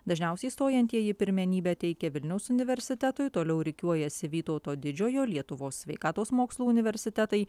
dažniausiai stojantieji pirmenybę teikė vilniaus universitetui toliau rikiuojasi vytauto didžiojo lietuvos sveikatos mokslų universitetai